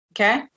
Okay